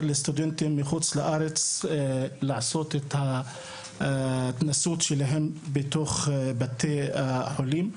לסטודנטים מחו"ל לעשות את ההתנסות שלהם בתוך בתי החולים.